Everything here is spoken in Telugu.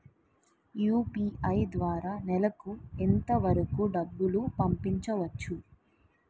యు.పి.ఐ ద్వారా నెలకు ఎంత వరకూ డబ్బులు పంపించవచ్చు?